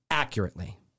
Accurately